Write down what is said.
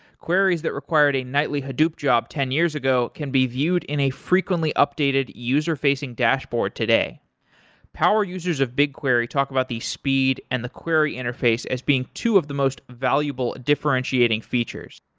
queries that required a nightly hadoop job ten years ago can be viewed in a frequently updated user-facing dashboard today power users of bigquery talk about the speed and the query interface as being two of the most valuable differentiating features.